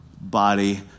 body